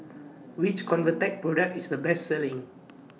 Which Convatec Product IS The Best Selling